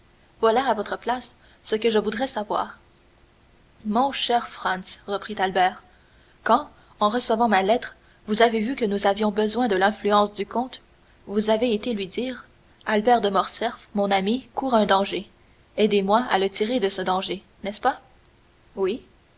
voilà à votre place ce que je voudrais savoir mon cher franz reprit albert quand en recevant ma lettre vous avez vu que nous avions besoin de l'influence du comte vous avez été lui dire albert de morcerf mon ami court un danger aidez-moi à le tirer de ce danger n'est-ce pas oui